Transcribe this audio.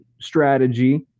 strategy